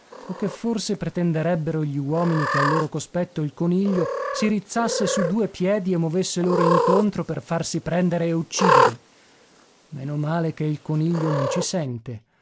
o che forse pretenderebbero gli uomini che al loro cospetto il coniglio si rizzasse su due piedi e movesse loro incontro per farsi prendere e uccidere meno male che il coniglio non ci sente